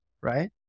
right